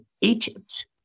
Egypt